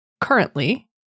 currently